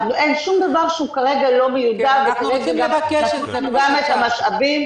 אין שום דבר שהוא כרגע לא מיודע --- גם את המשאבים.